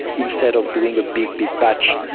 instead of doing a big, big batch.